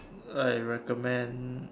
I recommend